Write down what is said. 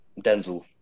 Denzel